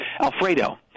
alfredo